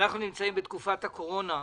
אנחנו נמצאים בתקופת הקורונה.